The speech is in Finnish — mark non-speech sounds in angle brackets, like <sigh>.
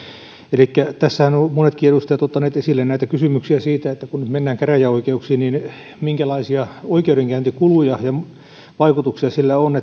elikkä tässähän ovat monetkin edustajat ottaneet esille kysymyksiä siitä että kun nyt mennään käräjäoikeuksiin niin minkälaisia oikeudenkäyntikuluja ja vaikutuksia sillä on <unintelligible>